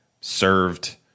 served